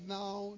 now